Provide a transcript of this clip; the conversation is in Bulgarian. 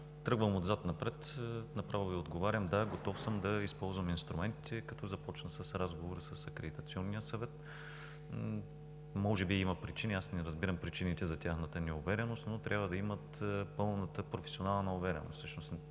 Тръгвам отзад напред и направо Ви отговарям: да, готов съм да използвам инструментите, като започна с разговор с Акредитационния съвет. Може би има причини, не разбирам причините за тяхната неувереност, но трябва да имат пълната професионална увереност.